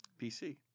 PC